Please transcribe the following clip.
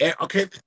Okay